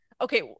Okay